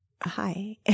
Hi